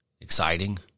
exciting